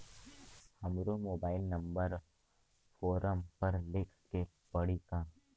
हमरो mobile number form पर लिखे के पड़ी का?